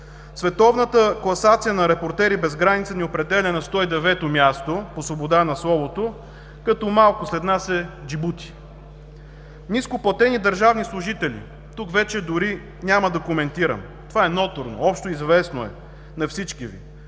Световната класация на „Репортери без граници“ ни определя на 109 място по свобода на словото, като малко след нас е Джибути. Нископлатени държавни служители. Тук вече дори няма да коментирам. Това е ноторно, общоизвестно е на всички Ви.